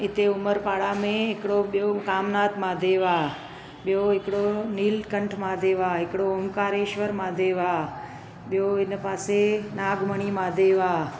इते उमरपाड़ा में ॿियो कामनाथ महादेव मंदरु आहे ॿियो हिकिड़ो नीलकंठ महादेव आहे हिकिड़ो ॐकारेश्वर महादेव आहे ॿियो हिन पासे नागमणी महादेव आहे